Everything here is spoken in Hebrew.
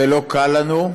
זה לא קל לנו.